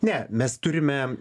ne mes turime